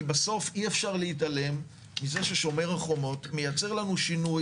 בסוף אי אפשר להתעלם מזה ש"שומר החומות" מייצר לנו שינוי